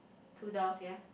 pull down sia